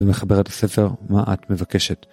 מחברת הספר, מה את מבקשת?